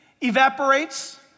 evaporates